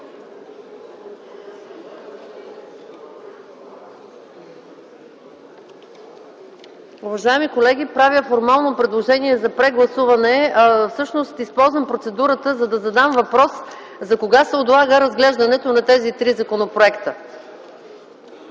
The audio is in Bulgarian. Уважаеми колеги, правя формално предложение за прегласуване. Всъщност, използвам процедурата, за да задам въпрос за кога се отлага разглеждането на тези три законопроекта?